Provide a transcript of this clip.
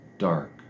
dark